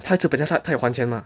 他吃 but then 他有还钱吗